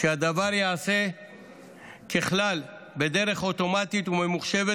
שהדבר ייעשה ככלל בדרך אוטומטית וממוחשבת